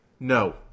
No